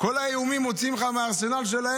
מוציאים לך את כל האיומים מהארסנל שלהם,